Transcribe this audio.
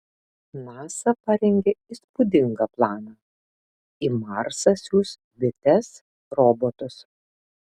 nasa parengė įspūdingą planą į marsą siųs bites robotus